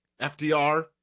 FDR